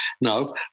No